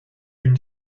une